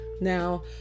Now